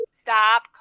Stop